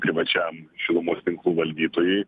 privačiam šilumos tinklų valdytojui